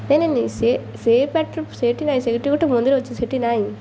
ନାଇଁ ନାଇଁ ନାଇଁ ସେ ସେ ପାଟରୁ ସେଠି ନାଇଁ ସେଠି ଗୋଟେ ମନ୍ଦିର ଅଛି ସେଠି ନାଇଁ